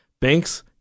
banks